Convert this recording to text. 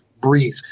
breathe